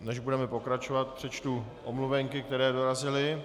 Než budeme pokračovat, přečtu omluvenky, které dorazily.